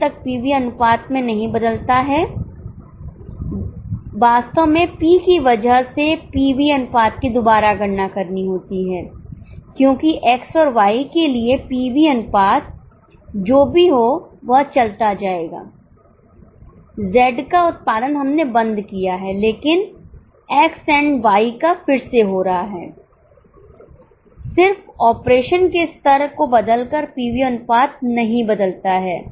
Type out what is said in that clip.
जब तक पीवी अनुपात में नहीं बदलता है वास्तव में P की वजह से पीवी अनुपात की दुबारा गणना करनी होती है क्योंकि X और Y के लिए पीवी अनुपात जो भी हां वह चलता जाएगा Z का उत्पादन हमने बंद किया है लेकिन X एंड Y का फिर से हो रहा है सिर्फ ऑपरेशन के स्तर को बदलकर पीवी अनुपात नहीं बदलता है